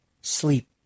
Sleep